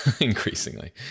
increasingly